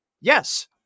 Yes